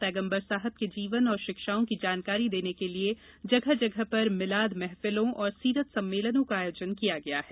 पैगम्बर साहब के जीवन और शिक्षाओं की जानकारी देने के लिये जगह जगह पर मिलाद महफिलों और सीरत सम्मेलनों का आयोजन किया गया है